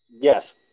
Yes